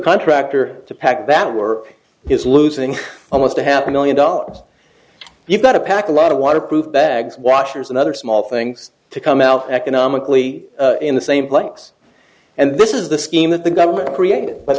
contractor to pack that work is losing almost to happen only in dollars you've got to pack a lot of waterproof bags washers and other small things to come out economically in the same place and this is the scheme that the government created but